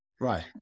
Right